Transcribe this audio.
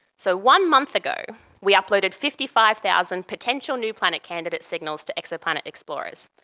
so one month ago we uploaded fifty five thousand potential new planet candidate signals to exoplanet explorers.